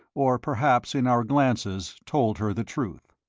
or perhaps in our glances, told her the truth.